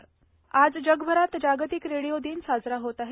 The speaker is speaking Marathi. जागतिक रेडिओ दिन आज जगभरात जागतिक रेडिओ दिन साजरा होत आहे